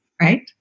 right